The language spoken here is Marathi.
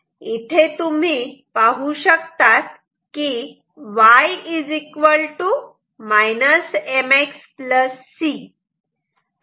इथे तुम्ही पाहू शकतात की Y mX C असे आहे